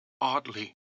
Oddly